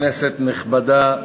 כנסת נכבדה,